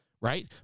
right